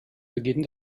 beginn